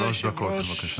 שלוש דקות, בבקשה.